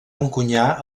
encunyar